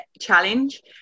challenge